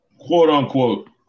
quote-unquote